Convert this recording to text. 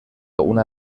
una